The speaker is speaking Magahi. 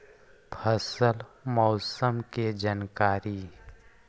फसल मौसम के जानकारी?